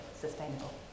sustainable